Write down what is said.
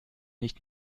nicht